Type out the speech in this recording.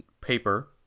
paper